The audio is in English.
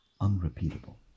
unrepeatable